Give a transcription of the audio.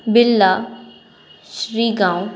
Billa Shrigaon